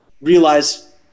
realize